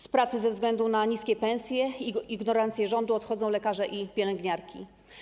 Z pracy ze względu na niskie pensje i ignorancję rządu odchodzą lekarze i pielęgniarki.